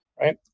right